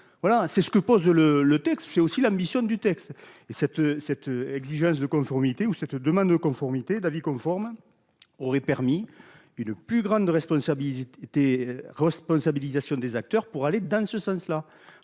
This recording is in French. c'est ce que pose le le texte, c'est aussi l'ambition du texte et cette cette exigence de conformité où cette demande de conformité d'avis conforme. Aurait permis une plus grande responsabilité. Responsabilisation des acteurs pour aller dans ce sens-là.